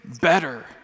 better